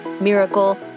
miracle